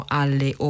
alle